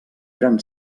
gran